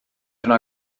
yna